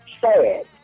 Sad